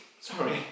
Sorry